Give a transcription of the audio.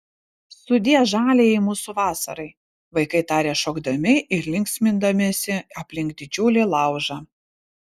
sudie žaliajai mūsų vasarai vaikai tarė šokdami ir linksmindamiesi aplink didžiulį laužą